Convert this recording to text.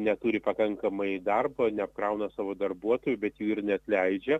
neturi pakankamai darbo neapkrauna savo darbuotojų bet jų ir neatleidžia